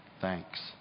thanks